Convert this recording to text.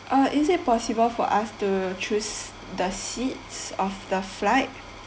（uh) is it possible for us to choose the seats of the flight